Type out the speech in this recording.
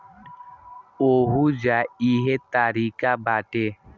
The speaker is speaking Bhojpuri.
ओहुजा इहे तारिका बाटे